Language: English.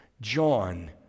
John